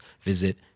visit